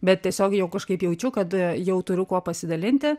bet tiesiog jau kažkaip jaučiu kad jau turiu kuo pasidalinti